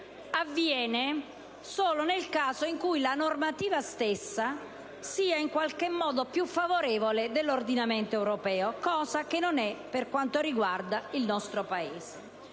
avviene solo nel caso in cui la normativa nazionale sia in qualche modo più favorevole dell'ordinamento europeo: e non è così, per quanto riguarda il nostro Paese.